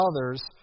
others